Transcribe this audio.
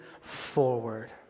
forward